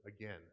again